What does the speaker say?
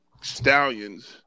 stallions